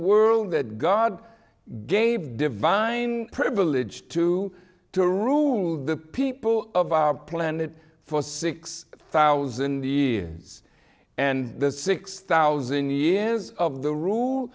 world that god gave divine privilege to to rule the people of our planet for six thousand years and the six thousand years of the rule